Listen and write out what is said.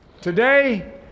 today